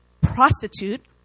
prostitute